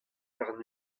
warn